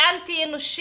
אנטי אנושי,